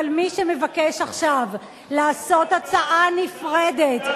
אבל מי שמבקש עכשיו לעשות הצעה נפרדת,